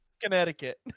Connecticut